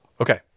Okay